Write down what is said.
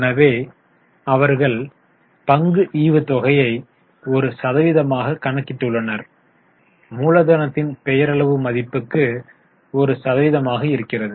எனவே அவர்கள் பங்கு ஈவுத் தொகையை ஒரு சதவீதமாக கணக்கிட்டுள்ளனர் மூலதனத்தின் பெயரளவு மதிப்புக்கு ஒரு சதவீதமாக இருக்கிறது